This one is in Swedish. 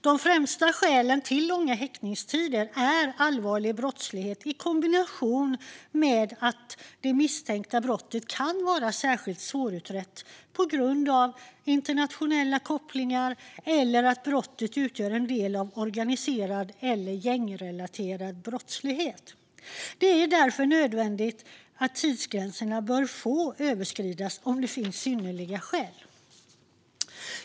De främsta skälen till långa häktningstider är allvarlig brottslighet i kombination med att det misstänkta brottet kan vara särskilt svårutrett på grund av internationella kopplingar eller att brottet utgör en del av organiserad eller gängrelaterad brottslighet. Det är därför nödvändigt att tidsgränserna får överskridas om det finns synnerliga skäl.